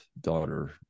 daughter